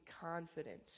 confident